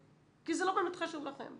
זה לא באמת חשוב לכם.